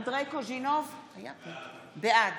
בעד